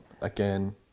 again